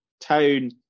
tone